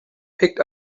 picked